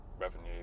revenue